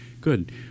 Good